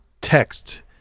text